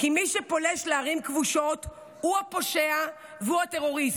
"כי מי שפולש לערים כבושות הוא הפושע והוא הטרוריסט".